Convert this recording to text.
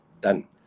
done